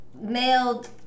mailed